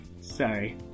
Sorry